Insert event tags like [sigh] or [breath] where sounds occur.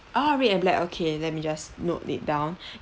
oh red and black okay let me just note it down [breath]